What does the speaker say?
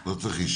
לא צריך אישית.